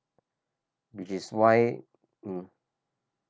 which is why mm